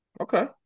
Okay